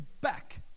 back